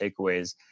takeaways